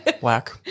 Whack